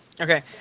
Okay